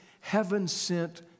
heaven-sent